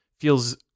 feels